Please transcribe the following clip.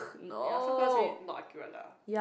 ya some colours really not accurate lah